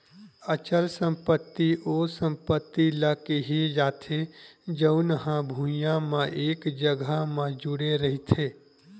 अचल संपत्ति ओ संपत्ति ल केहे जाथे जउन हा भुइँया म एक जघा म जुड़े रहिथे